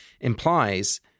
implies